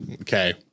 okay